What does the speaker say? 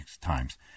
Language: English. times